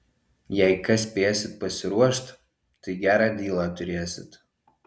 jei kas spėsit pasiruošt tai gerą dylą turėsit